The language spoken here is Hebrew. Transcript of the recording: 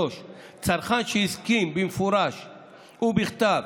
3. צרכן שהסכים במפורש ובכתב,